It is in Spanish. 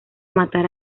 matar